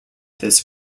this